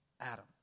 Adam